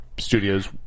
Studios